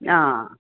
हा